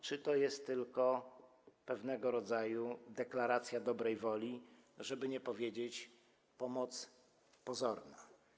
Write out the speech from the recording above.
Czy to jest tylko pewnego rodzaju deklaracja dobrej woli, żeby nie powiedzieć: pomoc pozorna?